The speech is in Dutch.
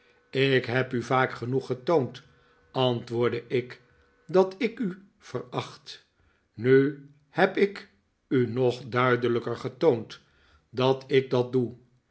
ik heb u vaak genoeg getoond antwoordde ik dat ik u veracht nu heb ik u nog duidelijker getoond dat ik dat doe